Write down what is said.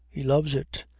he loves it.